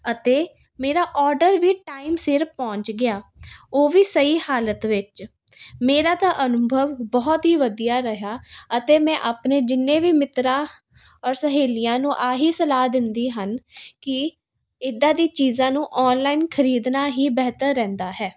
ਅਤੇ ਮੇਰਾ ਆਰਡਰ ਵੀ ਟਾਈਮ ਸਿਰ ਪਹੁੰਚ ਗਿਆ ਉਹ ਵੀ ਸਹੀ ਹਾਲਤ ਵਿੱਚ ਮੇਰਾ ਤਾਂ ਅਨੁਭਵ ਬਹੁਤ ਹੀ ਵਧੀਆ ਰਿਹਾ ਅਤੇ ਮੈਂ ਆਪਣੇ ਜਿੰਨੇ ਵੀ ਮਿੱਤਰਾਂ ਔਰ ਸਹੇਲੀਆਂ ਨੂੰ ਆ ਹੀ ਸਲਾਹ ਦਿੰਦੀ ਹਨ ਕਿ ਇੱਦਾਂ ਦੀ ਚੀਜ਼ਾਂ ਨੂੰ ਆਨਲਾਈਨ ਖਰੀਦਣਾ ਹੀ ਬਿਹਤਰ ਰਹਿੰਦਾ ਹੈ